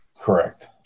Correct